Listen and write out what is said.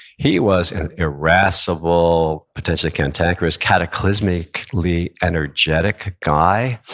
he was an irascible, potentially cantankerous, cataclysmically energetic guy.